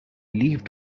leave